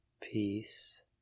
Peace